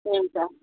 हुन्छ